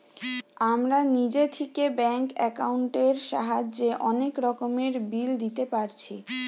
আমরা নিজে থিকে ব্যাঙ্ক একাউন্টের সাহায্যে অনেক রকমের বিল দিতে পারছি